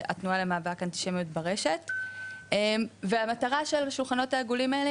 התנועה למאבק באנטישמיות ברשת והמטרה של השולחנות העגולים האלה,